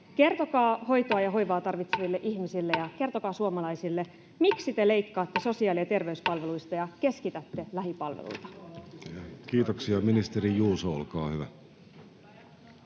kertokaa hoitoa ja hoivaa tarvitseville ihmisille ja kertokaa suomalaisille: miksi te leikkaatte sosiaali- ja terveyspalveluista ja keskitätte lähipalveluita? Kiitoksia. — Ministeri Juuso, olkaa hyvä.